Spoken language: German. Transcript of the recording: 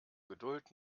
geduld